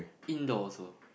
indoor also